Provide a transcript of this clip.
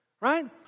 right